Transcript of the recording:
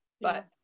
But-